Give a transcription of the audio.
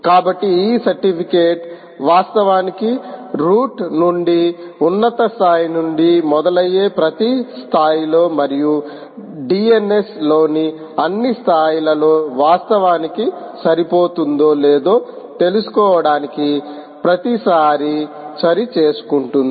కాబట్టి ఈ సర్టిఫికేట్ వాస్తవానికి రూట్ నుండి ఒక ఉన్నత స్థాయి నుండి మొదలయ్యే ప్రతి స్థాయిలో మరియు DNS లోని అన్ని స్థాయిలలో వాస్తవానికి సరిపోతుందో లేదో తెలుసుకోవడానికి ప్రతిసారీ సరి చూసుకుంటుంది